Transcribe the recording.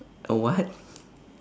a what